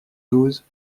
douze